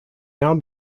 now